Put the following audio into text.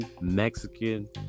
mexican